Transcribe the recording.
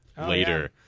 later